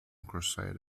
crusade